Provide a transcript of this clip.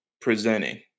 presenting